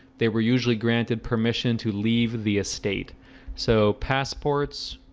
they were usually granted permission to leave the estate so passports